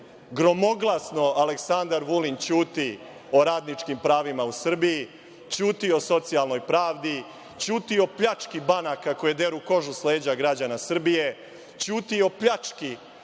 gromaglasno, Aleksandar Vulin ćuti o radničkim pravima u Srbiji, ćuti o socijalnoj pravdi, ćuti o pljački banaka koje deru kožu s leđa građana Srbije, ćuti o pljački